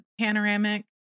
Panoramic